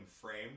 frame